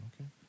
okay